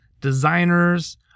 designers